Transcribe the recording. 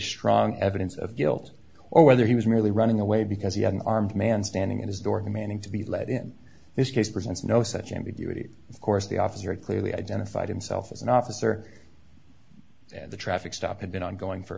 strong evidence of guilt or whether he was merely running away because he had an armed man standing at his door commanding to be let in this case presents no such ambiguity of course the officer had clearly identified himself as an officer and the traffic stop had been ongoing for